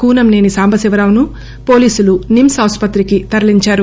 కూనంసేని సాంబశివరావును పోలీసులు నిమ్స్ ఆసుపత్రికి తరలించారు